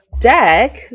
deck